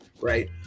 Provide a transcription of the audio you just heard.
right